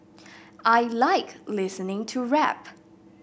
I like listening to rap